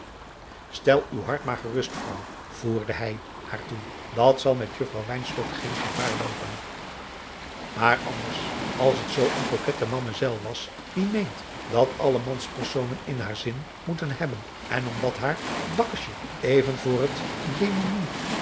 stel uw hart maar gerust vrouw voerde hij haar toe dat zal met juffrouw wynstok geen gevaar loopen maar anders als het zoo een kokette mammezel was die meent dat alle manspersonen in haar zin moeten hebben en omdat haar bakkesje even voor